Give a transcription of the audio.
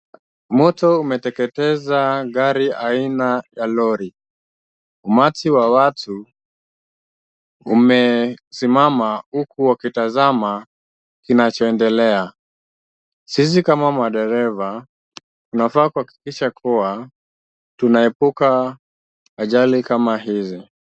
Moto umeteketeza gari aina ya lori. Umati wa watu umesimama huku wakitazama kinachoendelea. Sisi kama madereva tunafaa kuhakikisha kuwa tunaepuka ajali kama hizi.